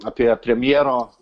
apie premjero